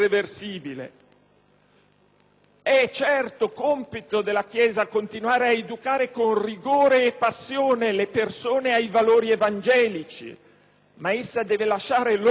È certo compito della Chiesa continuare a educare con rigore e passione le persone ai valori evangelici, ma essa deve lasciare loro - e in particolare a